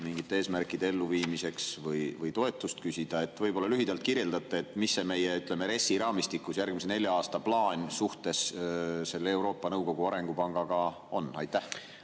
mingite eesmärkide elluviimiseks või toetust küsida? Võib-olla lühidalt kirjeldate, et mis meie RES‑i raamistikus järgmise nelja aasta plaan suhtes selle Euroopa Nõukogu Arengupangaga on. Aitäh,